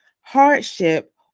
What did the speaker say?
hardship